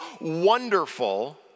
wonderful